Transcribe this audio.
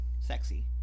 Sexy